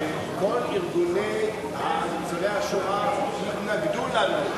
שכל ארגוני ניצולי השואה התנגדו לנו,